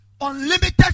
unlimited